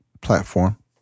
platform